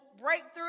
breakthrough